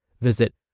Visit